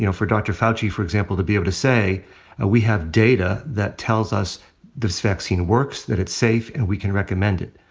you know for dr. fauci, for example, to be able to say that ah we have data that tells us this vaccine works, that it's safe, and we can recommend it.